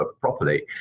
properly